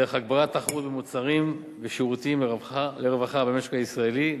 דרך הגברת התחרות במוצרים ושירותים לרווחה במשק בישראלי,